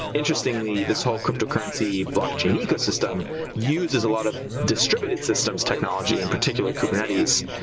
interestingly, this whole cryptocurrency blockchain ecosystem uses a lot of distributed systems technology, in particular kubernetes,